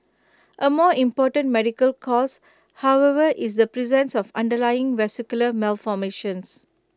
A more important medical cause however is the presence of underlying vascular malformations